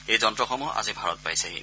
এই যন্ত্ৰসমূহ আজি ভাৰত পাইছেহি